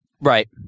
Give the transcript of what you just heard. Right